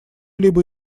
либо